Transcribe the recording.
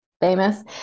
famous